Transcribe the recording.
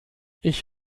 ich